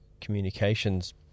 communications